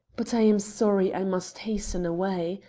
but i am sorry i must hasten away.